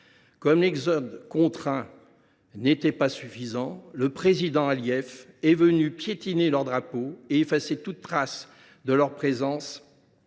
Comme l’exode contraint des populations n’était pas suffisant, le président Aliev est venu piétiner leur drapeau et effacer toute trace de leur présence